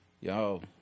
Yo